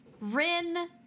Rin